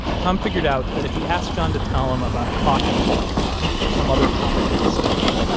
tom figured out that if he asked john to tell him about a clock he was working on, or some other topic he was studying,